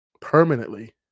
permanently